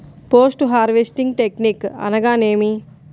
Post harvesting technique అనగా నేమి?